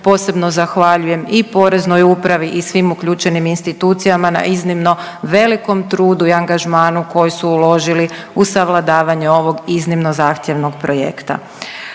posebno zahvaljujem i Poreznoj upravi i svim uključenim institucijama na iznimno velikom trudu i angažmanu koji su uložili u savladavanje ovog iznimno zahtjevnog projekta.